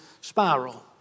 spiral